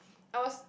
I was